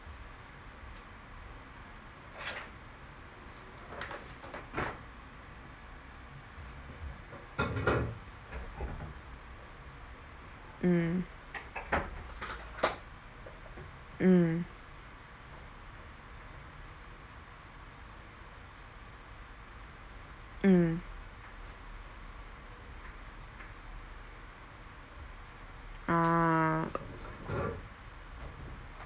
mm mm mm ah